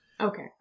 okay